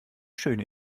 schöne